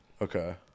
Okay